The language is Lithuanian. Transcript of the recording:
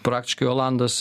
praktiškai olandas